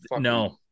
no